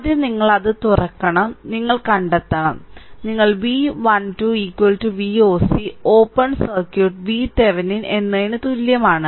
ആദ്യം നിങ്ങൾ അത് തുറക്കണം നിങ്ങൾ കണ്ടെത്തണം നിങ്ങൾ V 1 2 Voc open circuit VThevenin എന്നതിന് തുല്യമാണ്